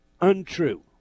Untrue